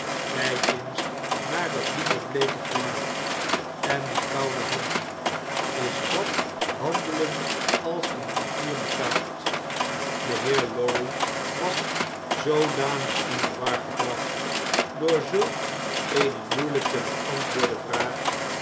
kp eens naar dat lieve bleeke gelaat en die koude handenl is dat handelen als een bankier betaamt de heer lorry was zoodanig in de war gebracht door zulk eene moeielijk te beantwoorden vraag